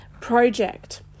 project